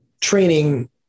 training